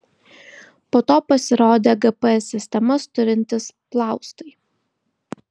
po to pasirodė gps sistemas turintys plaustai